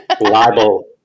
libel